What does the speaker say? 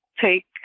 take